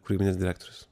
kūrybinis direktorius